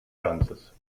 ganzes